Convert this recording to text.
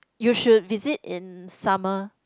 you should visit in summer